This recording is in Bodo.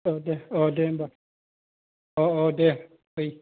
औ दे अह दे होमबा अह अह दे फै